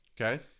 Okay